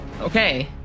Okay